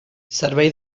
servei